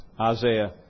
Isaiah